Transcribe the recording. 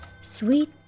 Sweet